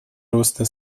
роста